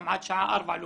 גם עד שעה 16:00 לומדים.